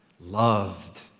Loved